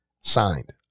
Signed